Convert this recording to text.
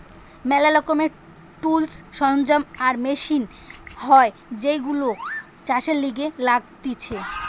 ম্যালা রকমের টুলস, সরঞ্জাম আর মেশিন হয় যেইগুলো চাষের লিগে লাগতিছে